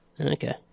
Okay